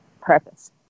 purpose